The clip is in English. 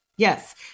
Yes